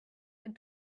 and